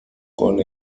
con